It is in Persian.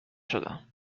شدم